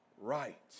right